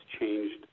changed